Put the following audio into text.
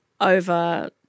over